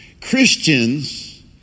Christians